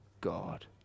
God